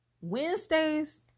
Wednesdays